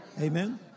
Amen